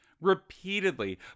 Repeatedly